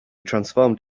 transformed